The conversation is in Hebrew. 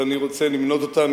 ואני רוצה למנות אותם,